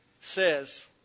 says